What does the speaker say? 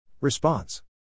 Response